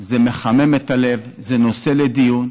זה מחמם את הלב, זה נושא לדיון,